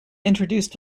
introduced